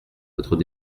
votre